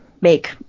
make